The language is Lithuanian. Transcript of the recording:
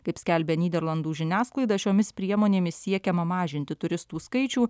kaip skelbia nyderlandų žiniasklaida šiomis priemonėmis siekiama mažinti turistų skaičių